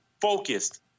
focused